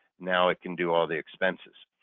now it can do all the expenses.